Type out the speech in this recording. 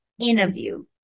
interview